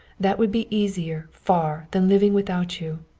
that would be easier, far, than living without you.